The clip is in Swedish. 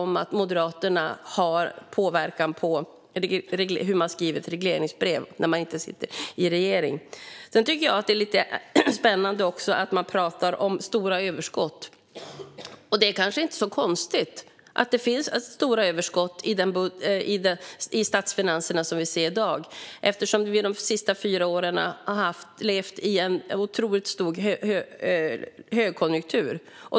Moderaterna har ingen påverkan på hur man skriver ett regleringsbrev när man inte sitter i en regering. Det är spännande att man talar om stora överskott. Det kanske inte är så konstigt att det är stora överskott i statsfinanserna i dag eftersom vi de senaste fyra åren har levt i en otrolig högkonjunktur.